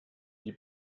die